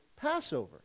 Passover